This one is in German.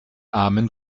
armen